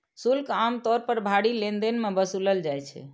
शुल्क आम तौर पर भारी लेनदेन मे वसूलल जाइ छै